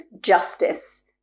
justice